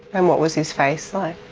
and what was his face like?